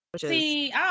See